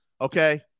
okay